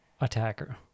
attacker